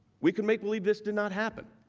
we can make believe this did not happen.